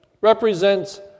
represents